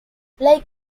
like